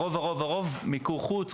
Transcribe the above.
רובם המוחלט מיקור חוץ,